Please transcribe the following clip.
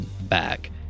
back